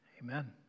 Amen